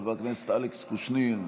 חבר הכנסת אלכס קושניר,